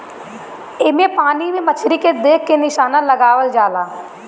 एमे पानी में मछरी के देख के निशाना लगावल जाला